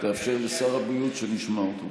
תאפשר לשר הבריאות שנשמע אותו.